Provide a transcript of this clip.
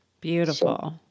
Beautiful